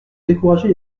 décourager